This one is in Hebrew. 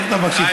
איך אתה מקשיב?